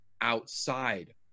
outside